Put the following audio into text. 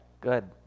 Good